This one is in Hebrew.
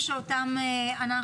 אנחנו